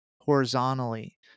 horizontally